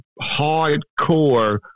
hardcore